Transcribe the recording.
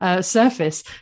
Surface